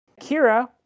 Kira